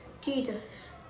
Jesus